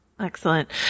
Excellent